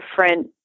different